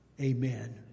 Amen